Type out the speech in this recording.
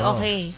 Okay